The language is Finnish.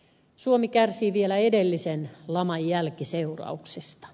suomi kärsii vielä edellisen laman jälkiseurauksista